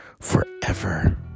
forever